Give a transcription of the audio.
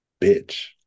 bitch